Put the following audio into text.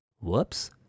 Whoops